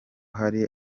hari